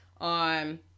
on